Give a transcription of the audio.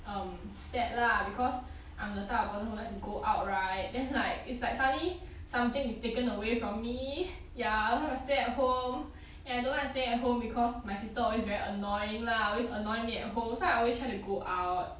um sad lah because I'm the type of person who like to go out right then like it's like suddenly something is taken away from me ya stay at home and I don't like staying at home because my sister always very annoying lah always annoy me at home so I always try to go out